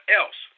else